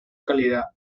calidad